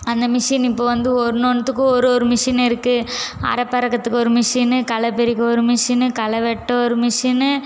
அந்த மிஷினு இப்போ வந்து ஒன்று ஒன்றுத்துக்கும் ஒரு ஒரு மிஷினு இருக்குது அரப்பு அரைக்கிறதுக்கு ஒரு மிஷினு களை பறிக்க ஒரு மிஷினு களை வெட்ட ஒரு மிஷினு